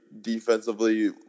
defensively